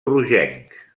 rogenc